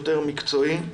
מקצועי.